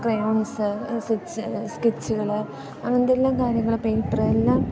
crayons സ്കെച്ചുകള് അങ്ങനെത്തെ എല്ലാം കാര്യങ്ങൾ പേപ്പറ് എല്ലാം